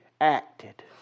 acted